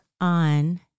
on